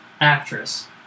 actress